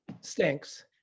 stinks